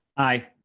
i.